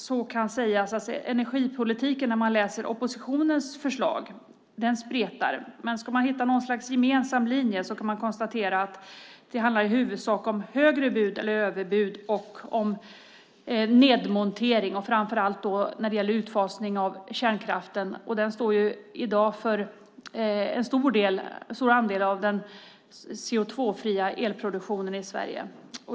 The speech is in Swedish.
Slutligen kan jag säga att oppositionens förslag i fråga om energipolitiken spretar. Ska man hitta något slags gemensam linje kan man konstatera att det i huvudsak handlar om högre bud eller överbud och om nedmontering, framför allt när det gäller utfasning av kärnkraften. Kärnkraften står i dag för en stor andel av den CO2-fria elproduktionen i Sverige.